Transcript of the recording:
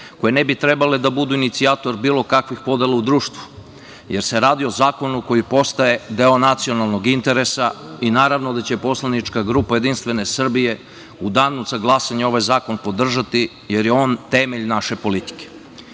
koje ne bi trebale da budu inicijator bilo kakvih podela u društvu, jer se radi o zakonu koji postaje deo nacionalnog interesa i naravno da će poslanička grupa Jedinstvene Srbije u danu za glasanje ovaj zakon podržati, jer je on temelj naše